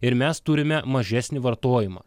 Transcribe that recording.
ir mes turime mažesnį vartojimą